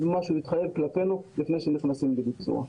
ולמה שהוא התחייב כלפינו לפני שנכנסים לביצוע.